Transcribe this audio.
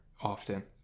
often